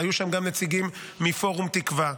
היו שם גם נציגים מפורום תקווה.